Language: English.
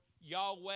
Yahweh